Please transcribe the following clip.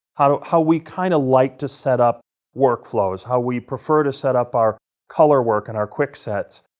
how how we kind of like to set up workflows. how we prefer to set up our color work and our quick sets.